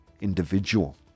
individual